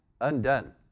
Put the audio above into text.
undone